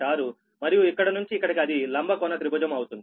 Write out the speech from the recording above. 6 మరియు ఇక్కడి నుంచి ఇక్కడికి అది లంబకోణ త్రిభుజం అవుతుంది